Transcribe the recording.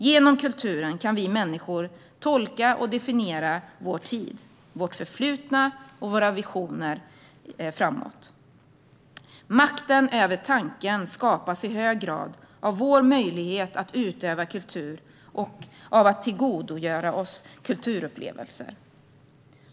Genom kulturen kan vi människor tolka och definiera vår tid, vårt förflutna och våra visioner framåt. Makten över tanken skapas i hög grad av vår möjlighet att utöva kultur och av att tillgodogöra oss kulturupplevelser.